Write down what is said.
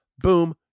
Boom